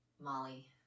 Molly